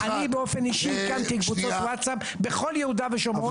אני באופן אישי הקמתי קבוצות וואטסאפ בכל יהודה ושומרון,